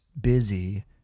busy